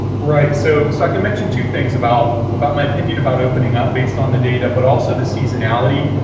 right. so second mentioned two things about about my opinion about opening up based on the data, but also the seasonality.